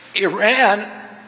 Iran